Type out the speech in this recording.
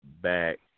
back